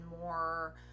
more